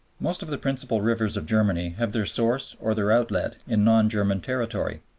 most of the principal rivers of germany have their source or their outlet in non-german territory.